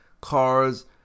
cars